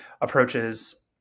approaches